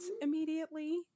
immediately